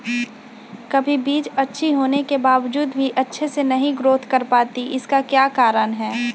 कभी बीज अच्छी होने के बावजूद भी अच्छे से नहीं ग्रोथ कर पाती इसका क्या कारण है?